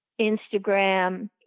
Instagram